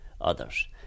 others